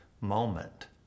moment